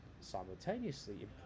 simultaneously